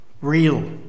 real